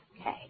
Okay